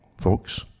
folks